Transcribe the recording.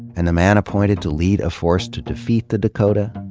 and the man appointed to lead a force to defeat the dakota?